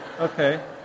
Okay